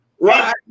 Right